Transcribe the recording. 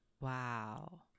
Wow